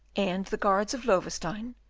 and the guards of loewestein,